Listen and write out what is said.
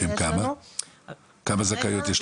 שכמה זכאיות יש לך היום?